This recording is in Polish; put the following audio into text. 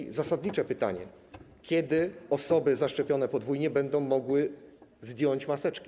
I zasadnicze pytanie: Kiedy osoby zaszczepione podwójnie będą mogły zdjąć maseczki?